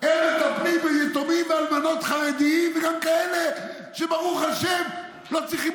הם מטפלים ביתומים ואלמנות חרדים וגם כאלה שברוך השם לא צריכים